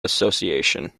association